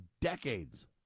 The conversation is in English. decades